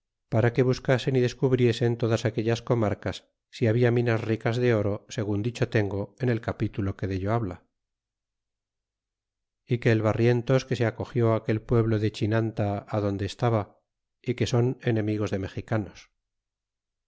para que buscasen y descubriesen todas aquellas comarcas si habla minas ricas de oro segun dicho tengo en el capitulo que dello habla y que el barrientos que se acogió a aquel pueblo de chinanta adonde estaba y que son enemigos de mexicanos